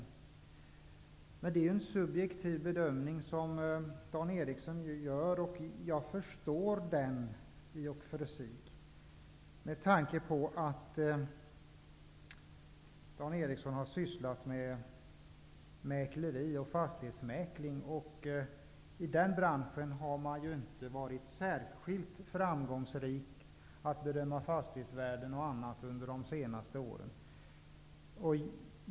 Dan Eriksson gör här en subjektiv bedömning, som jag i och för sig har förståelse för med tanke på att han har sysslat med fastighetsmäkleri. I den branschen har man ju inte varit särskilt framgångsrik i fråga om att bedöma fastighetsvärden och annat under de senaste åren.